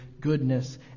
goodness